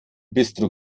bistro